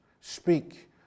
speak